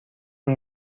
این